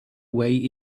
way